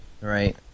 right